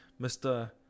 Mr